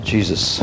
Jesus